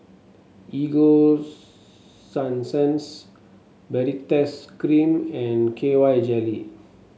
Ego Sunsense Baritex Cream and K Y Jelly